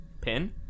pin